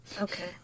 Okay